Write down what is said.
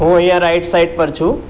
હું અહીંયા right side પર છું